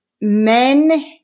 Men